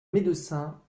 médecin